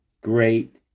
great